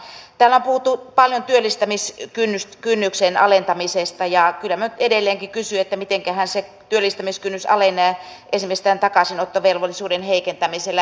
täällä on puhuttu paljon työllistämiskynnyksen alentamisesta ja kyllä minä nyt edelleenkin kysyn mitenköhän se työllistämiskynnys alenee esimerkiksi tämän takaisinottovelvollisuuden heikentämisellä